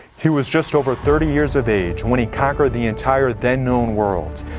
he was just over thirty years of age when he conquered the entire then-known world.